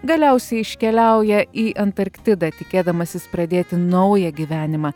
galiausiai iškeliauja į antarktidą tikėdamasis pradėti naują gyvenimą